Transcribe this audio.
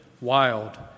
wild